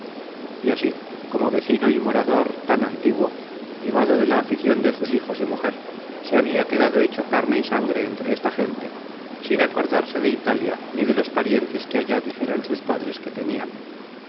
y así como vecino y morador tan antiguo llevado de la aficion de sus hijos y mujer se habia quedado hecho carne y sangre entre esta gente sin acordarse de italia ni de los parientes que allá dijeron sus padres que tenian